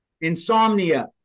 insomnia